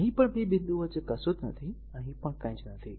એ જ રીતે અહીં પણ આ 2 બિંદુઓ વચ્ચે કંઈ નથી અહીં પણ કંઈ નથી